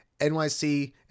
NYC